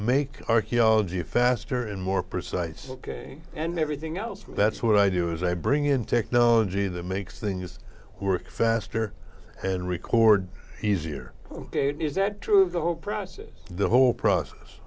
make archaeology faster and more precise ok and everything else that's what i do is i bring in technology that makes things work faster and record easier is that true of the whole process the whole process